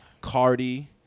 Cardi